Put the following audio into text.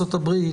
לארצות הברית,